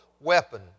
weapon